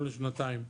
לא לשנתיים,